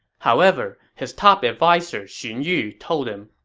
however, his top adviser xun yu told him,